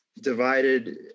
divided